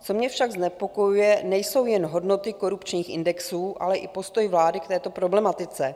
Co mě však znepokojuje, nejsou jen hodnoty korupčních indexů, ale i postoj vlády k této problematice.